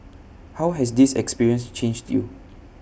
how has this experience changed you